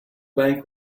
bank